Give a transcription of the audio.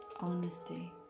honesty